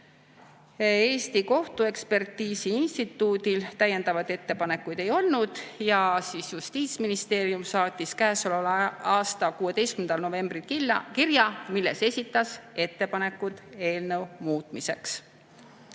Eesti Kohtuekspertiisi Instituudil täiendavaid ettepanekuid ei olnud. Justiitsministeerium saatis käesoleva aasta 16. novembril kirja, milles esitas ettepanekud eelnõu muutmiseks.